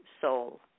soul